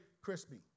crispy